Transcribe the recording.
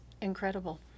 incredible